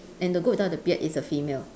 and the goat without the beard is a female